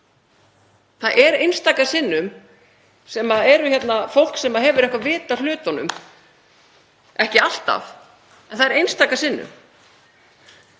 Það er einstaka sinnum sem er hérna fólk sem hefur eitthvert vit á hlutunum, ekki alltaf, en það er einstaka sinnum